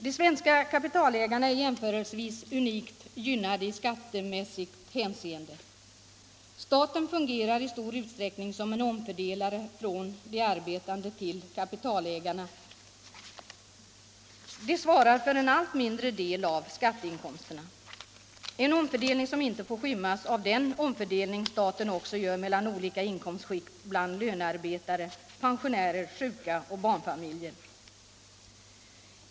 De svenska kapitalägarna är i jämförelse med förhållandena i andra länder unikt gynnade i skattemässigt hänseende. Staten fungerar i stor utsträckning som en omfördelare från de arbetande till kapitalägarna, som svarar för en allt mindre del av skatteinkomsterna, en omfördelning som inte får skymmas av den omfördelning staten också gör mellan olika inkomstskikt bland lönearbetare, pensionärer, sjuka och barnfamiljer.